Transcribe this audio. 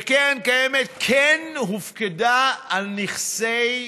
וקרן הקיימת כן הופקדה על נכסי היהודים.